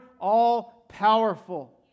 All-Powerful